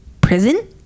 prison